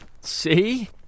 See